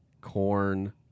Corn